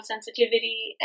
sensitivity